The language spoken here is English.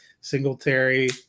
Singletary